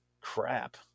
crap